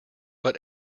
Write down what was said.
but